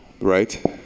Right